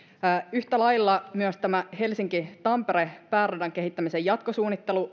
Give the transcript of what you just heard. yhtä lailla myös tämä helsinki tampere pääradan kehittämisen jatkosuunnittelun